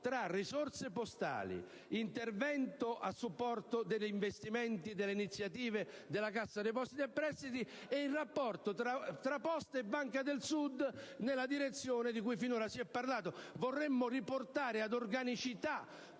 tra risorse postali e l'intervento a supporto degli investimenti e delle iniziative della Cassa depositi, anche rispetto al rapporto tra Poste e Banca del Sud nella direzione di cui finora si è parlato. Vorremmo riportare ad organicità